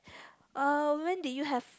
when did you have